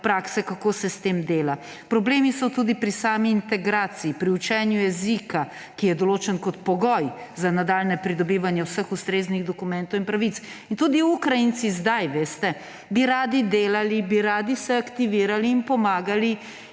prakse, kako se s tem dela. Problemi so tudi pri sami integraciji, pri učenju jezika, ki je določen kot pogoj za nadaljnje pridobivanje vseh ustreznih dokumentov in pravic. Tudi Ukrajinci bi radi delali, se aktivirali in pomagali